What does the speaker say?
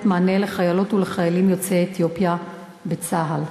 מענה לחיילות ולחיילים יוצאי אתיופיה בצה"ל?